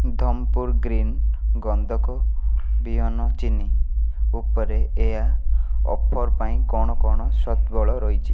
Dhamapur green ଗନ୍ଧକ ବିହନ ଚିନି ଉପରେ ଏହା ଅଫର୍ ପାଇଁ କ'ଣ କ'ଣ ସତ୍ବଳ ରହିଛି